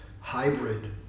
hybrid